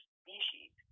species